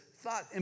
thought